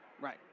Right